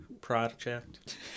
Project